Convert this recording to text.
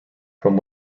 from